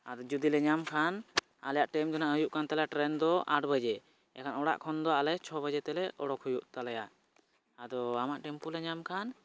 ᱟᱨ ᱡᱩᱫᱤᱞᱮ ᱧᱟᱢ ᱠᱷᱟᱱ ᱟᱞᱮᱭᱟᱜ ᱴᱟᱭᱤᱢ ᱫᱚ ᱦᱟᱸᱜ ᱦᱩᱭᱩᱜ ᱠᱟᱱ ᱛᱟᱞᱮᱭᱟ ᱴᱨᱮᱱ ᱫᱚ ᱟᱴ ᱵᱟᱡᱮ ᱮᱱᱠᱷᱟᱱ ᱫᱚ ᱚᱲᱟᱜ ᱠᱷᱚᱱ ᱫᱚ ᱟᱞᱮ ᱪᱷᱚ ᱵᱟᱡᱮ ᱛᱮᱞᱮ ᱩᱰᱩᱠ ᱦᱩᱭᱩᱜ ᱛᱟᱞᱮᱭᱟ ᱟᱫᱚ ᱟᱢᱟᱜ ᱴᱮᱢᱯᱩᱞᱮ ᱧᱟᱢ ᱠᱷᱟᱱ